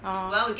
orh